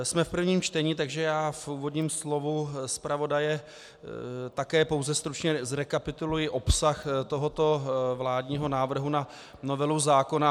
Jsme v prvním čtení, takže já v úvodním slovu zpravodaje také pouze stručně zrekapituluji obsah tohoto vládního návrhu na novelu zákona.